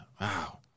Wow